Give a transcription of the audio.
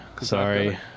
Sorry